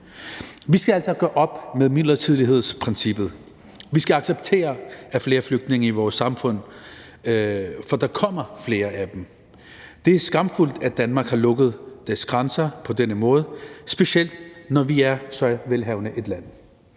Vi skal altså gøre op med midlertidighedsprincippet. Vi skal acceptere at have flere flygtninge i vores samfund, for der kommer flere af dem. Det er skamfuldt, at Danmark har lukket sine grænser på denne måde, specielt når vi er så velhavende et land.